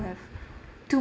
have too